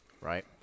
right